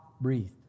breathed